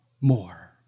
more